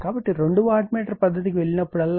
కాబట్టి 2 watt meter పద్ధతికి వెళ్ళినప్పుడల్లా